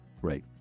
Great